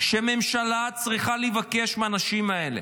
שממשלה צריכה לבקש מהאנשים האלה.